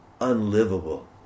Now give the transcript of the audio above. unlivable